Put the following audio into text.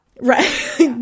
Right